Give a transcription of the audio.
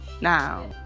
Now